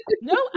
no